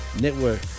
Network